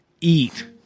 Eat